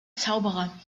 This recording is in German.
zauberer